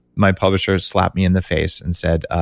my publisher slap me in the face, and said,